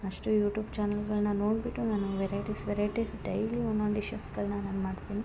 ಅಷ್ಟು ಯೂಟ್ಯೂಬ್ ಚಾನಲ್ಗಳ್ನ ನೋಡ್ಬಿಟ್ಟು ನಾನು ವೆರೈಟಿಸ್ ವೆರೈಟಿಸ್ ಡೈಲಿ ಒನ್ನೊಂದು ದಿಷಸ್ಗಳ್ನ ನಾನು ಮಾಡ್ತೀನಿ